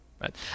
right